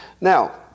Now